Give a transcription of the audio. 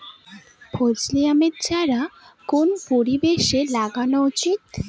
ফজলি আমের চারা কোন পরিবেশে লাগানো উচিৎ?